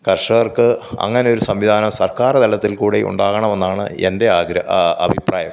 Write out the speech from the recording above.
കർഷകർക്ക് അങ്ങനെയൊരു സംവിധാനം സർക്കാർ തലത്തിൽ കൂടി ഉണ്ടാകണമെന്നാണ് എൻ്റെ ആഗ്രഹം അഭിപ്രായം